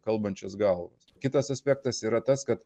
kalbančias galvas kitas aspektas yra tas kad